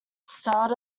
starred